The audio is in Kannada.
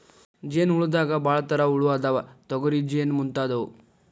ಜೇನ ಹುಳದಾಗ ಭಾಳ ತರಾ ಹುಳಾ ಅದಾವ, ತೊಗರಿ ಜೇನ ಮುಂತಾದವು